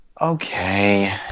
okay